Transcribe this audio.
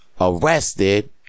Arrested